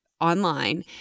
online